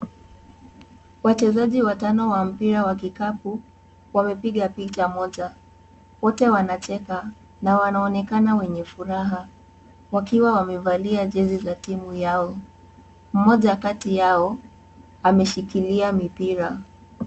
Wachezaji watano wa mpira wa kikapu wamepiga picha moja. Wote wanacheka na wanaonekana wenye furaha wakiwa wamevalia jezi za timu yao. Mmoja kati yao ameshikilia mipira.